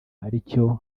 aricyo